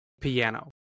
piano